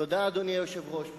תודה, אדוני היושב-ראש.